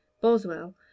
Boswell